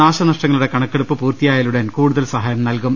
നാശനഷ്ടങ്ങളുടെ കണക്കെടുപ്പ് പൂർത്തിയായാലുടൻ കൂടുതൽ സഹായം നൽകും